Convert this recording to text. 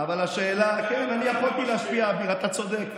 כן, אני יכולתי להשפיע, אביר, אתה צודק.